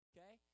Okay